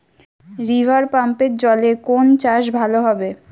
রিভারপাম্পের জলে কোন চাষ ভালো হবে?